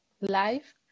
life